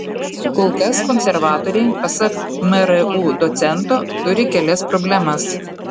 kol kas konservatoriai pasak mru docento turi kelias problemas